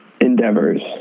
endeavors